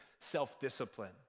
self-discipline